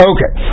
Okay